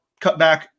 cutback